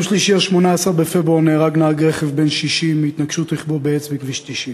ביום שלישי 18 בפברואר נהרג נהג רכב בן 60 בהתנגשות רכבו בעץ בכביש 90,